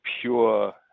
pure